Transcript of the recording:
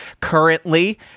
Currently